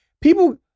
people